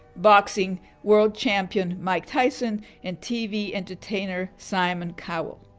boxing world champion mike tyson and tv entertainer simon cowell.